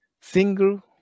single